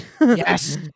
Yes